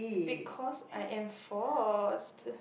because I am forced